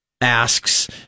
asks